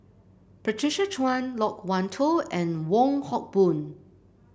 Patricia Chan Loke Wan Tho and Wong Hock Boon